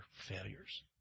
failures